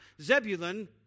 Zebulun